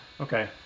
Okay